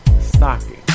Stocking